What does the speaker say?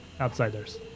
Outsiders